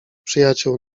przyjaciół